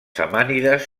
samànides